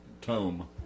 tome